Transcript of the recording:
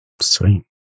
Sweet